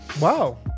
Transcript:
Wow